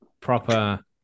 proper